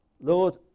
Lord